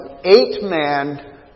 eight-man